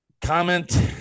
comment